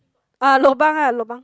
uh lobang ah lobang